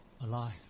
alive